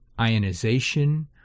ionization